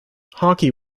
hockey